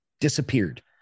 disappeared